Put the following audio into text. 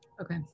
Okay